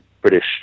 British